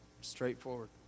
straightforward